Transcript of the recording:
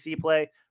play